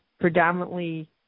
predominantly